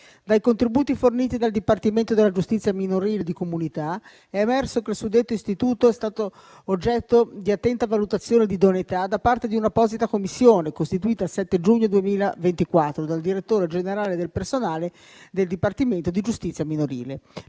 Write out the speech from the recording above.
Dai contributi forniti dal Dipartimento per la giustizia minorile e di comunità è emerso che il suddetto istituto è stato oggetto di attenta valutazione di idoneità da parte di un'apposita commissione, costituita il 7 giugno 2024, dal direttore generale del personale del Dipartimento di giustizia minorile.